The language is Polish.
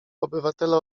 obywatele